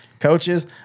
Coaches